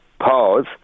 pause